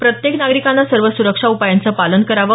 प्रत्येक नागरिकाने सर्व सुरक्षा उपायांचं पालन करावं